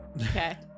Okay